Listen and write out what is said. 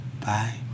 bye